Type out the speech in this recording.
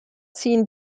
ziehen